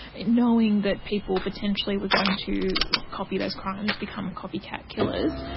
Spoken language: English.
and knowing that people potentially were going to copy those crimes, become copycat killers,